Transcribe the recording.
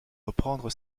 reprendre